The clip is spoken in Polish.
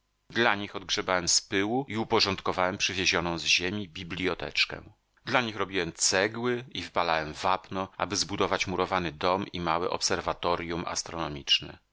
dla nich odgrzebałem z pyłu i uporządkowałem przywiezioną z ziemi bibljoteczkę dla nich robiłem cegły i wypalałem wapno aby zbudować murowany dom i małe obserwatorjum astronomiczne